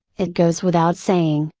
it goes without saying,